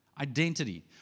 identity